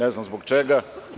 Ne znam zbog čega.